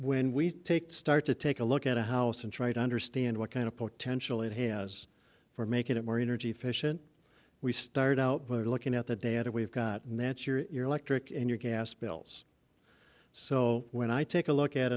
when we take start to take a look at a house and try to understand what kind of potential it has for making it more energy efficient we started out by looking at the data we've got and that's your electric and your gas bills so when i take a look at